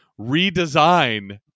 redesign